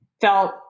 felt